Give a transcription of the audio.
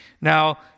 Now